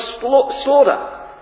slaughter